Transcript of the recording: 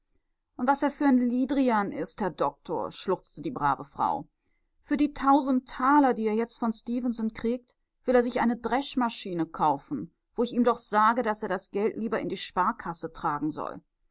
und was er für ein liedrian ist herr doktor schluchzte die brave frau für die tausend taler die er jetzt von stefenson kriegt will er sich eine dreschmaschine kaufen wo ich ihm doch sage daß er das geld lieber in die sparkasse tragen soll